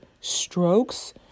strokes